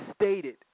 stated